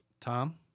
Tom